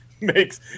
makes